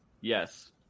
Yes